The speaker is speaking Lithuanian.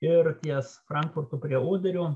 ir ties frankfurtu prie oderio